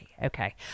Okay